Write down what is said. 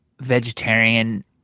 vegetarian